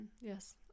Yes